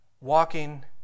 Walking